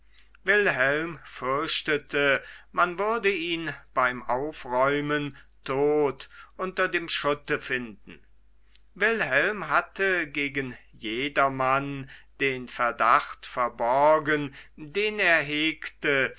wilhelm fürchtete man würde ihn beim aufräumen tot unter dem schutte finden wilhelm hatte gegen jedermann den verdacht verborgen den er hegte